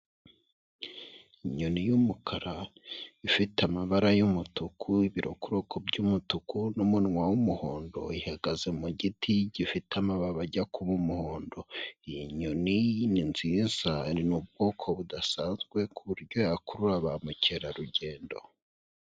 Inyoni y'umukara ifite amabara y'umutuku, ibirokoroko by'umutuku n'umunwa w'umuhondo, ihagaze mu giti gifite amababa ajya kuba umuhondo. Iyi nyoni ni nziza ni ubwoko budasanzwe ku buryo yakurura ba mukerarugendo.